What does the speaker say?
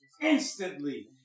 instantly